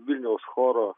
vilniaus choro